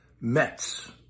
Mets